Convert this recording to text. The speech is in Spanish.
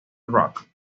rock